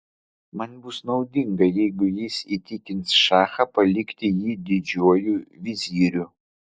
man bus naudinga jeigu jis įtikins šachą palikti jį didžiuoju viziriu